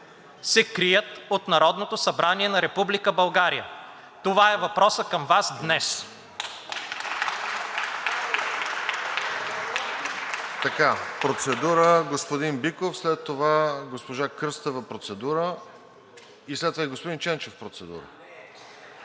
се крият от Народното събрание на Република България? Това е въпросът към Вас днес.